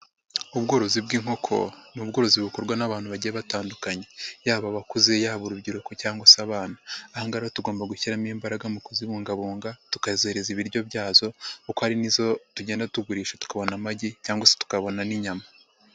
Ubworozi bw'inkoko ni ubworozi bukorwa n'abantu bagiye batandukanye. Yaba abakuze, yaba urubyiruko cyangwa se abana. Aha ngaha rero tugomba gushyiramo imbaraga mu kuzibungabunga, tukazihereza ibiryo byazo kuko hari nizo tugenda tugurisha tukabona amagi cyangwa se tukabona n'inyama.